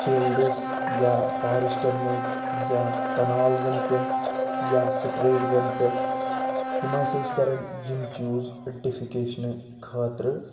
fields یا فاریشٹَن منٛز یا کَنالزَن پیٚٹھ یا سٹریٹزَن پیٚٹھ یِم ہَسا أسۍ کَران یِم چوٗز ڈیٚفِکیشنہٕ خٲطرٕ